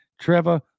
Trevor